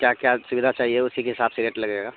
کیا کیا سویدھا چاہے اسی کے حساب سے ریٹ لگے گا